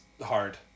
hard